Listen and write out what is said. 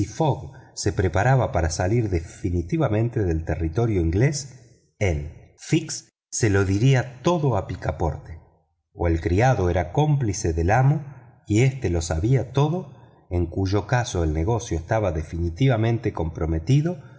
fogg se preparaba para salir definitivamente del territorio inglés él fix se lo diría todo a picaporte o el criado era cómplice del amo y éste lo sabía todo en cuyo caso el negocio estaba definitivamente comprometido